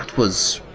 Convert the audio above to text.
was, uhh,